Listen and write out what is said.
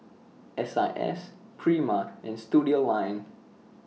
S I S Prima and Studioline